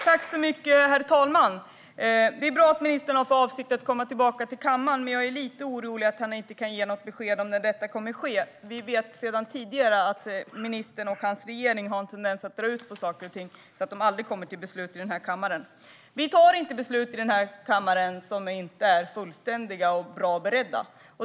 Herr talman! Det är bra att ministern har för avsikt att komma tillbaka till kammaren, men jag blir lite orolig när han inte kan ge något besked om när det kommer att ske. Vi vet sedan tidigare att ministern och hans regering har en tendens att dra ut på saker och ting så att de aldrig kommer till beslut här i kammaren. Vi fattar inte beslut i den här kammaren som inte är fullständiga och bra beredda.